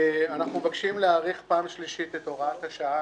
אנחנו מבקשים להאריך בפעם השלישית את הוראת השעה